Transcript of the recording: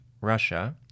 Russia